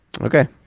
Okay